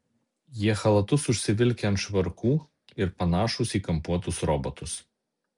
jie chalatus užsivilkę ant švarkų ir panašūs į kampuotus robotus